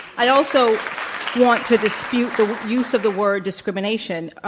i also want to dispute the use of the word, discrimination.